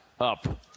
up